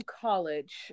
college